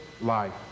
life